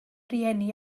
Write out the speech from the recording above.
rhieni